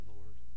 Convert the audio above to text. Lord